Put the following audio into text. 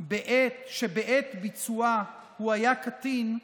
שבעת ביצועה הוא היה קטין,